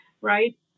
Right